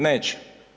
Neće.